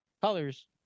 Colors